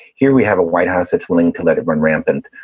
here we have a white house that's willing to let it run rampant